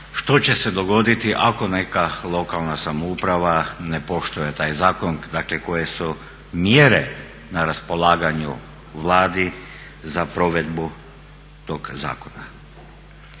što će se dogoditi ako neka lokalna samouprava ne poštuje taj zakon, dakle koje su mjere na raspolaganju Vladi za provedbu tog zakona.